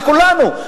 זה כולנו.